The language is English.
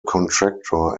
contractor